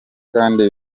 kandi